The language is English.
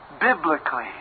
biblically